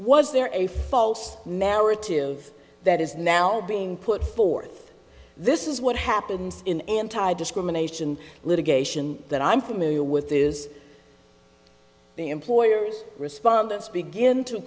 was there a false narrative that is now being put forth this is what happens in anti discrimination litigation that i'm familiar with is employers respondants begin to